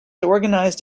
organized